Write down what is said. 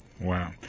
Wow